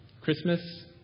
Christmas